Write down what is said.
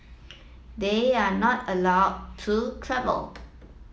they are not allowed to travel